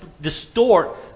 distort